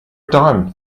dime